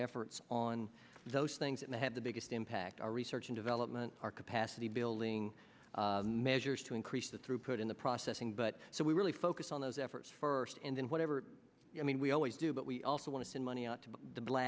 efforts on those things that may have the biggest impact our research and development our capacity building measures to increase the throughput in the processing but so we really focus on those efforts for state and in whatever i mean we always do but we also want to send money out to the bla